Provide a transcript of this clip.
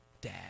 Dad